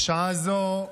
בשעה זו,